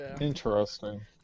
Interesting